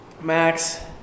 Max